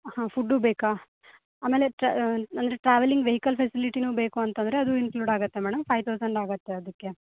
ಹಾಂ ಫುಡ್ಡೂ ಬೇಕಾ ಆಮೇಲೆ ಟ್ರಾ ಅಂದರೆ ಟ್ರಾವೆಲಿಂಗ್ ವೆಹಿಕಲ್ ಫೆಸಿಲಿಟಿಯೂ ಬೇಕು ಅಂತಂದರೆ ಅದೂ ಇನ್ಕ್ಲೂಡ್ ಆಗುತ್ತೆ ಮೇಡಮ್ ಫೈವ್ ತೌಸಂಡ್ ಆಗುತ್ತೆ ಅದಕ್ಕೆ